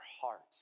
hearts